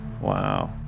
Wow